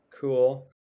Cool